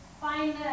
find